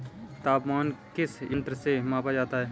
तापमान किस यंत्र से मापा जाता है?